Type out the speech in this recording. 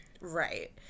Right